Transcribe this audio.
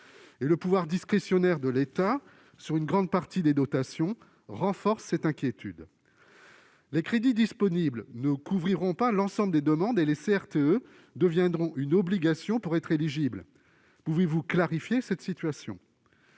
le pouvoir discrétionnaire de l'État sur une grande partie des dotations renforçant cette inquiétude. Les crédits disponibles ne couvriront pas l'ensemble des demandes et les CRTE deviendront une obligation pour les collectivités pour être éligibles